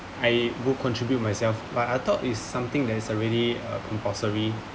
I will contribute myself but I thought is something that is already a compulsory